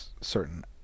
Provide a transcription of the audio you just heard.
certain